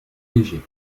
léger